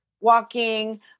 walking